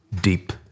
deep